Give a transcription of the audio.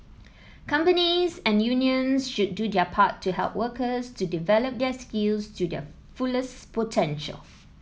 companies and unions should do their part to help workers to develop their skills to their fullest potential